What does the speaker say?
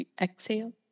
Exhale